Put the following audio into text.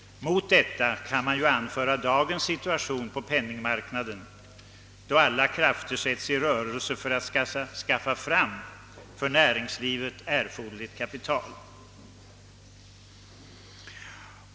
Mot detta kan man anföra dagens situation på penningmarknaden, då alla krafter sätts i rörelse för att skaffa fram för näringslivet erforderligt kapital.